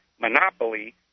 monopoly